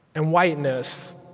and whiteness